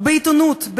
בעיתונות,